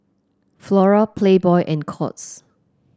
Flora Playboy and Courts